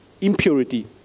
impurity